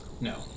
No